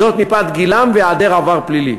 מפאת גילם והיעדר עבר פלילי.